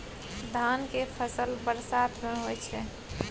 धान के फसल बरसात में होय छै?